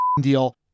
deal